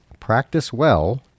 practicewell